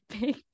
big